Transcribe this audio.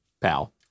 pal